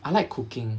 I like cooking